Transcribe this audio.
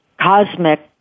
cosmic